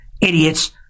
Idiots